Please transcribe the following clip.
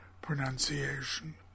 pronunciation